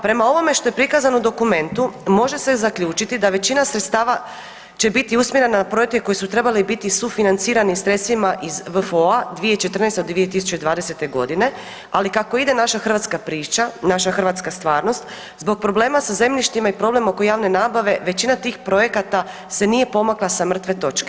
Prema ovome što je prikazano u dokumentu može se zaključiti da većina sredstava će biti usmjerena na projekte koji su trebali biti sufinancirani sredstvima iz WFO-a 2014. do 2020. godine ali kako ide naša hrvatska priča, naša hrvatska stvarnost zbog problema sa zemljištima i problem oko javne nabave većina tih projekata se nije pomakla sa mrtve točke.